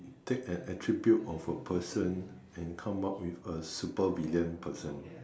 take an attribute of a person and come up with a super villain person